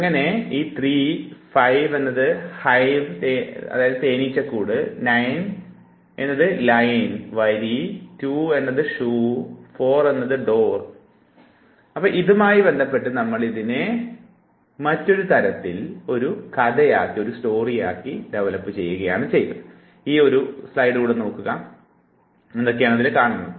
അങ്ങനെ ഇത് 3 three 5 five എന്നത് ഹൈവ് തേനീച്ചക്കൂട് 9 നയൻ എന്നത് ലൈനും വരിയും 2 റ്റു എന്നത് ഷൂവും കൂടാതെ 4 ഫോർ എന്നത് ഡോർ വാതിലുമാകുന്നു